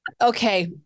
Okay